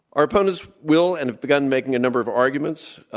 our opponents will and have begun making a number of arguments.